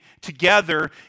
together